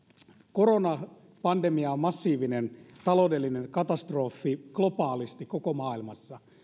koronapandemia on massiivinen taloudellinen katastrofi globaalisti koko maailmassa